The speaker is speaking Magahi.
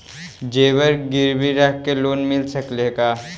जेबर गिरबी रख के लोन मिल सकले हे का?